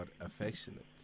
affectionate